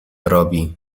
robi